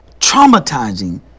traumatizing